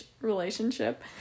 relationship